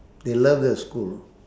they love the school